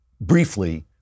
briefly